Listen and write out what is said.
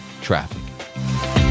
Traffic